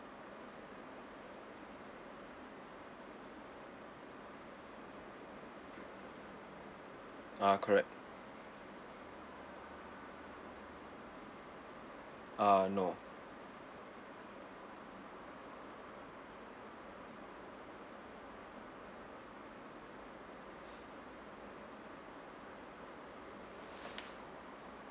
ah correct ah no